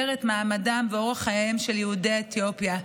את מעמדם ואורח חייהם של יהודי אתיופיה,